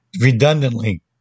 redundantly